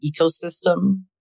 ecosystem